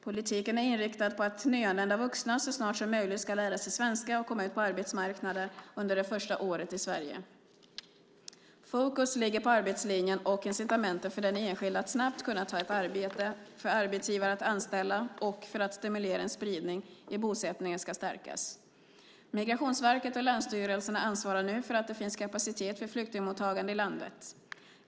Politiken är inriktad på att nyanlända vuxna så snart som möjligt ska lära sig svenska och komma ut på arbetsmarknaden under det första året i Sverige. Fokus ligger på arbetslinjen, och incitamenten för den enskilde att snabbt kunna ta ett arbete, för arbetsgivare att anställa och för att stimulera en spridning i bosättningen ska stärkas. Migrationsverket och länsstyrelserna ansvarar nu för att det finns kapacitet för flyktingmottagande i landet.